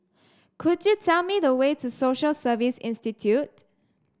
could you tell me the way to Social Service Institute